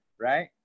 right